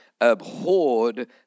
abhorred